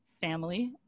family